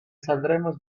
saldremos